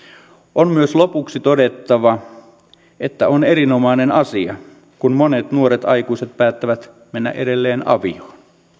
on myös lopuksi todettava että on erinomainen asia kun monet nuoret aikuiset päättävät mennä edelleen avioon